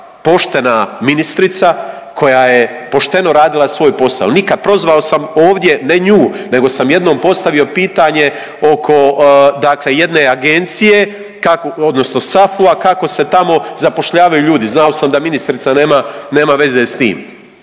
poštena ministrica koja je pošteno radila svoj posao, … prozvao sam ovdje ne nju nego sam jednom postavio pitanje oko dakle jedne agencije odnosno SAFU-a kako se tamo zapošljavaju ljudi. Znao sam da ministrica nema veze s tim,